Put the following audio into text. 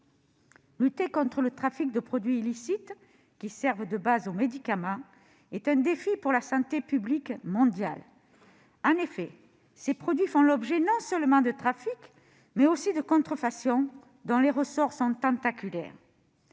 Lutter contre le trafic de produits illicites qui servent de base aux médicaments est un défi pour la santé publique mondiale. En effet, ces produits font l'objet non seulement de trafics, mais aussi de contrefaçons dont les ressorts sont tentaculaires.